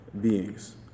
beings